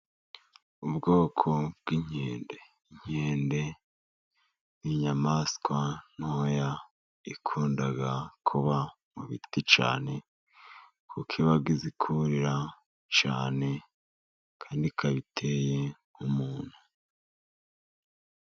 Ubwoko bw'inkende, inkende ni inyamaswa ntoya ikunda kuba mu biti cyane kuko iba izi kurira cyane kandi ikaba iteye nk'umuntu.